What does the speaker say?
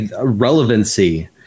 relevancy